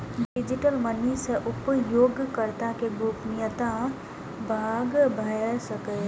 digital money सं उपयोगकर्ता के गोपनीयता भंग भए सकैए